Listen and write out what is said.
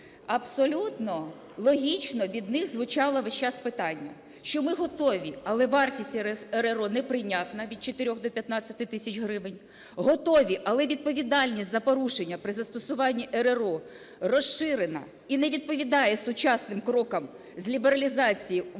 абсолютно логічно від них звучало весь час питання. Що ми готові, але вартість РРО неприйнятна – від 4 до 15 тисяч гривень. Готові, але відповідальність за порушення при застосуванні РРО розширена і не відповідає сучасним крокам з лібералізації в інших